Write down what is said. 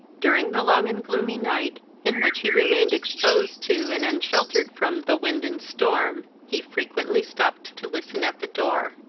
during the long and gloomy night, in which he remained exposed to and unsheltered from the wind and storm, he frequently stopped to listened at the door.